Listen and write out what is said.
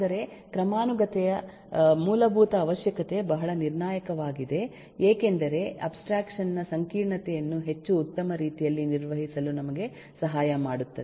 ಆದರೆ ಕ್ರಮಾನುಗತೆಯ ಮೂಲಭೂತ ಅವಶ್ಯಕತೆ ಬಹಳ ನಿರ್ಣಾಯಕವಾಗಿದೆ ಏಕೆಂದರೆ ಅಬ್ಸ್ಟ್ರಾಕ್ಷನ್ ನ ಸಂಕೀರ್ಣತೆಯನ್ನು ಹೆಚ್ಚು ಉತ್ತಮ ರೀತಿಯಲ್ಲಿ ನಿರ್ವಹಿಸಲು ನಮಗೆ ಸಹಾಯ ಮಾಡುತ್ತದೆ